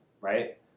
right